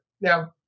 Now